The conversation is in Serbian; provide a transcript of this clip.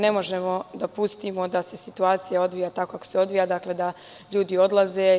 Ne možemo da pustimo da se situacija odvija tako kako se odvija, da ljudi odlaze.